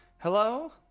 hello